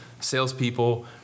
salespeople